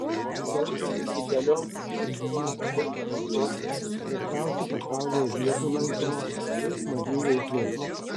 daugeliui idealioms atostogoms reikia gamtos garsiausių pasaulyje vietų lankymo ir smagių veiklų